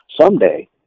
someday